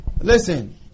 Listen